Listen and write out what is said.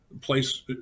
place